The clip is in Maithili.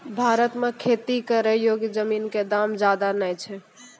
भारत मॅ खेती करै योग्य जमीन कॅ दाम ज्यादा नय छै